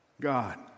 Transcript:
God